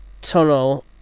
tunnel